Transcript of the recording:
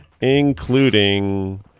including